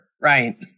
Right